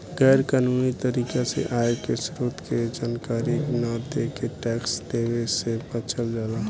गैर कानूनी तरीका से आय के स्रोत के जानकारी न देके टैक्स देवे से बचल जाला